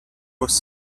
was